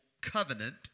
covenant